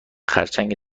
خرچنگ